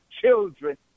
children